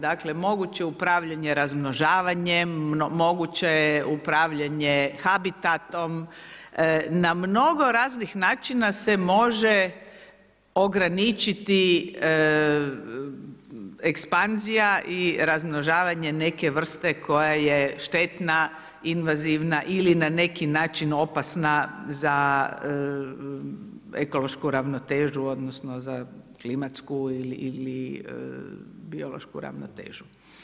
Dakle moguće upravljanje razmnožavanjem, moguće upravljanje habitatom, na mnogo raznih načina se može ograničiti ekspanzija i razmnožavanje neke vrste koja je štetna, invazivna ili na neki način opasna za ekološku ravnotežu ili za klimatsku ili biološku ravnotežu.